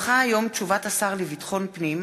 כי הונחה היום תשובת השר לביטחון פנים,